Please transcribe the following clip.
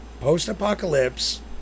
post-apocalypse